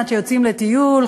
עד שיוצאים לטיול,